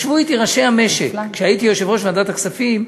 ישבו אתי ראשי המשק כשהייתי יושב-ראש ועדת הכספים,